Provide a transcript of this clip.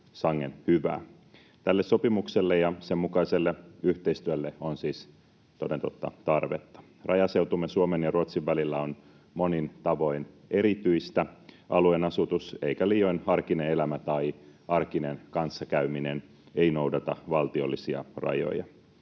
Tälle sopimukselle ja sen mukaiselle yhteistyölle on siis toden totta tarvetta. Rajaseutumme Suomen ja Ruotsin välillä on monin tavoin erityistä. Alueen asutus ei — eikä liioin arkinen elämä tai arkinen kanssakäyminen — noudata valtiollisia rajoja.